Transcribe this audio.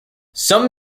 some